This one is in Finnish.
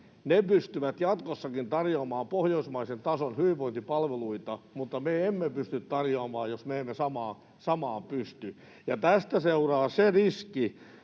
ne pystyvät jatkossakin tarjoamaan pohjoismaisen tason hyvinvointipalveluita, mutta me emme pysty tarjoamaan, jos me emme samaan pysty. Tästä seuraa se riski,